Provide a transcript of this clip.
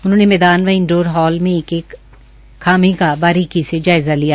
उन्होंने रिंग मैदान व इंडोर हॉल में एक एक खामी का बारीकी से जायजा लिया